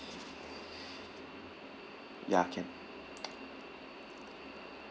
ya can